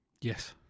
yes